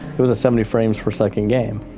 it was a seventy frames per second game.